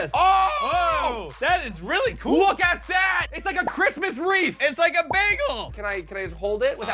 and oh! that is really cool. look at that! it's like a christmas wreath! it's like a bagel! can i can i hold it, without?